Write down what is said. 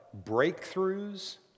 breakthroughs